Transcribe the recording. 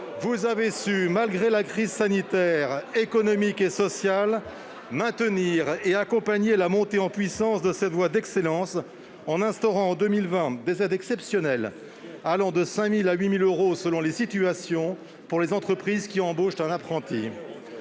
Vous avez su, malgré la crise sanitaire, économique et sociale, maintenir et accompagner la montée en puissance de cette voie d'excellence, en instaurant, en 2020, des aides exceptionnelles allant de 5 000 à 8 000 euros, selon les situations, pour les entreprises qui embauchent un apprenti.